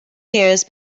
years